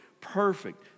perfect